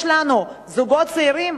יש לנו זוגות צעירים,